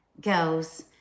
girls